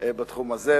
בתחום הזה.